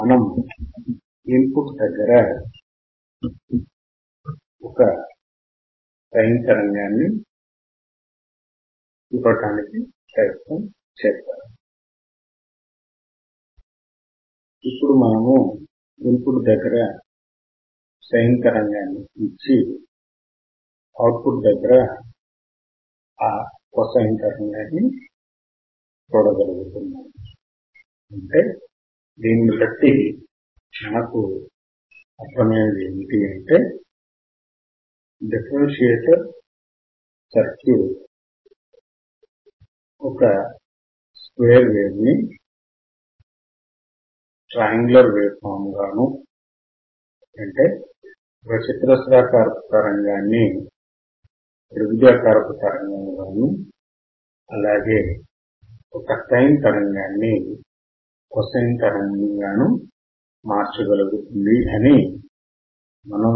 మనం input దగ్గర sine తరంగాన్ని ఇచ్చి అవుట్ పుట్ దగ్గర అ కోసైన్ తరంగాన్ని చూడగలుగుతున్నాం